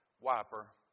wiper